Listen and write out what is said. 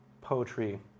poetry